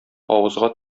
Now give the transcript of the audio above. авызга